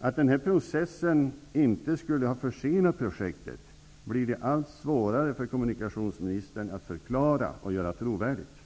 Att denna process inte skulle ha försenat projektet blir det allt svårare för kommunikationsministern att förklara och göra trovärdigt.